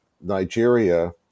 Nigeria